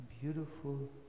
beautiful